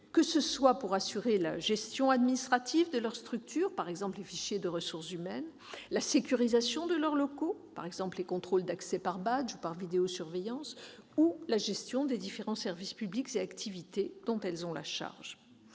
que ce soit pour assurer la gestion administrative de leur structure- je pense, par exemple, aux fichiers de ressources humaines -, la sécurisation de leurs locaux- contrôles d'accès par badge ou vidéosurveillance - ou la gestion des différents services publics et activités dont elles ont la charge.